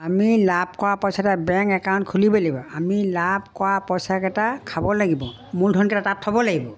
আমি লাভ কৰা পইচাকেইটা বেংক একাউণ্ট খুলিব লাগিব আমি লাভ কৰা পইচাকেইটা খাব লাগিব মূল ধনকেইটা তাত থ'ব লাগিব